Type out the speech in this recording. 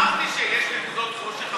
אמרתי שיש נקודות חושך,